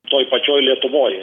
toj pačioj lietuvoj